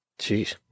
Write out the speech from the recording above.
Jeez